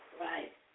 Right